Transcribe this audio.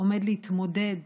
עומד להתמודד,